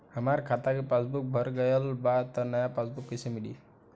हमार खाता के पासबूक भर गएल बा त नया पासबूक कइसे मिली?